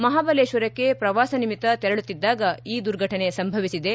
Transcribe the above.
ಮಹಾಬಲೇಶ್ವರಕ್ಷೆ ಪ್ರವಾಸನಿಮಿತ್ತ ತೆರಳುತ್ತಿದ್ದಾಗ ಈ ದುರ್ಘಟನೆ ಸಂಭವಿಸಿದೆ